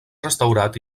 restaurat